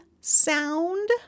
sound